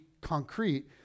concrete